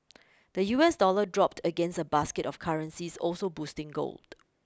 the U S dollar dropped against a basket of currencies also boosting gold